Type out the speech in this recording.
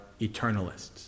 eternalists